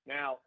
Now